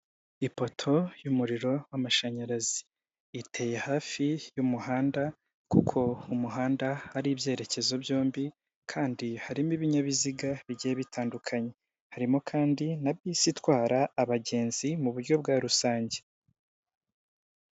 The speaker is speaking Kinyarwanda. Ipoto y'umuriro w'amashanyarazi iteye hafi y'umuhanda, kuko mu muhanda hari ibyerekezo byombi kandi harimo ibinyabiziga bigiye bitandukanye, harimo kandi na bisi itwara abagenzi muburyo bwa rusange.